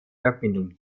verbindung